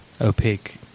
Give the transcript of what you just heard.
opaque